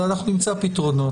אנחנו נמצא פתרונות.